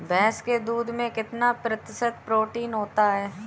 भैंस के दूध में कितना प्रतिशत प्रोटीन होता है?